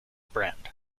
brand